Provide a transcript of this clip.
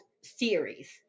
series